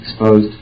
exposed